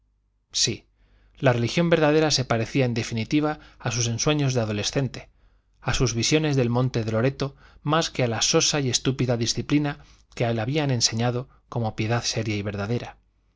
sí la religión verdadera se parecía en definitiva a sus ensueños de adolescente a sus visiones del monte de loreto más que a la sosa y estúpida disciplina que la habían enseñado como piedad seria y verdadera